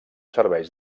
serveis